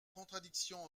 contradiction